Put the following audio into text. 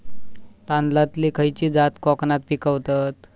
तांदलतली खयची जात कोकणात पिकवतत?